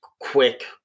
quick